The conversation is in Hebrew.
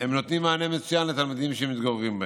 הם נותנים מענה מצוין לתלמידים שמתגוררים בהם.